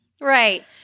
Right